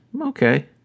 Okay